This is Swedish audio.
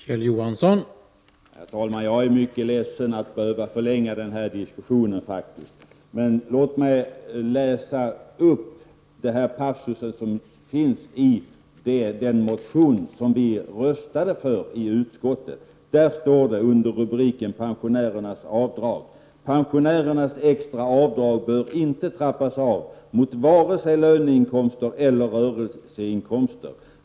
Herr talman! Jag är faktiskt mycket ledsen över att behöva förlänga den här diskussionen. Men låt mig då läsa upp passusen i fråga i den motion som vi röstade för i utskottet. Där heter det, under rubriken Pensionärernas avdrag: Pensionärernas extra avdrag bör inte trappas av mot vare sig löneinkomster eller rörelseinkomster.